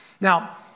Now